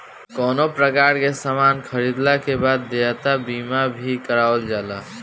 कवनो प्रकार के सामान खरीदला के बाद देयता बीमा भी करावल जाला